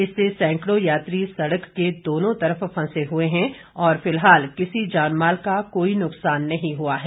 इससे सैकड़ों यात्री सड़क के दोनों तरफ फंसे हए हैं और किसी जानमाल का कोई नुक्सान नहीं हुआ है